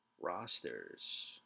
Rosters